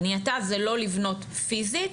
בנייתה זה לא לבנות פיזית